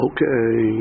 Okay